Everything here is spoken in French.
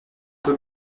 peu